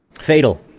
Fatal